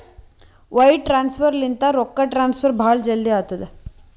wire transfer ಲಿಂತ ರೊಕ್ಕಾ transfer ಭಾಳ್ ಜಲ್ದಿ ಆತ್ತುದ